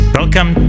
welcome